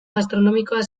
gastronomikoa